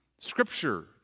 Scripture